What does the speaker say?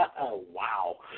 wow